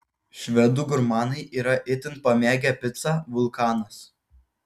švedų gurmanai yra itin pamėgę picą vulkanas